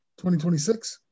2026